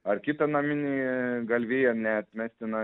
ar kitą naminį galviją neatmestina